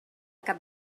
cap